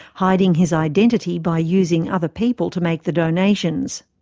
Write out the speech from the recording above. hiding his identity by using other people to make the donations.